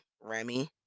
Remy